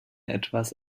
etwas